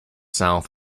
south